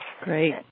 Great